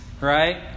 right